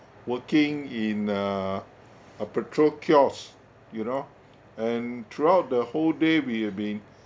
working in uh a petrol kiosk you know and throughout the whole day we've been